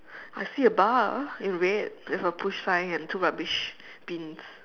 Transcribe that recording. I see a bar in red with a push sign and two rubbish bins